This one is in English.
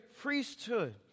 priesthood